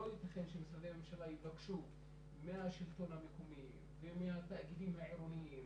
לא ייתכן שמשרדי הממשלה יבקשו מהשלטון המקומי ומהתאגידים העירוניים